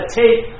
take